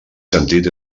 sentit